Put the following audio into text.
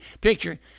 picture